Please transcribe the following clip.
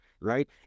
right